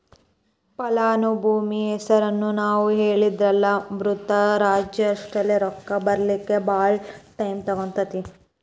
ಫಲಾನುಭವಿ ಹೆಸರನ್ನ ನಾವು ಹೇಳಿಲ್ಲನ್ದ್ರ ಮೃತರಾದ್ಮ್ಯಾಲೆ ರೊಕ್ಕ ಬರ್ಲಿಕ್ಕೆ ಭಾಳ್ ಟೈಮ್ ತಗೊತೇತಿ